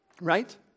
Right